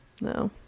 No